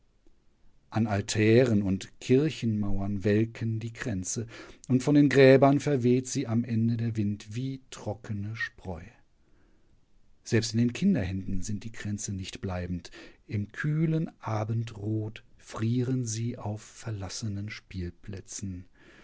an altären und kirchenmauern welken die kränze und von den gräbern verweht sie am ende der wind wie trockene spreu selbst in den kinderhänden sind die kränze nicht bleibend im kühlen abendrot frieren sie auf verlassenen spielplätzen